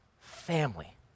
family